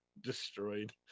destroyed